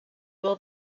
will